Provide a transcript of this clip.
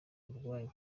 urwanyu